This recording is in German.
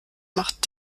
macht